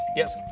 yes?